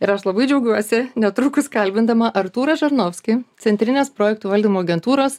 ir aš labai džiaugiuosi netrukus kalbindama artūrą žarnovskį centrinės projektų valdymo agentūros